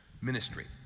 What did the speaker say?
ministry